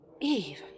Eve